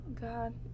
God